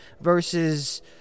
versus